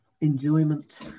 Enjoyment